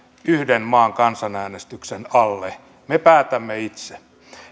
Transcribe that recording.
yhden maan kansanäänestyksen alle me päätämme itse